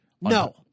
No